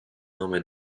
nome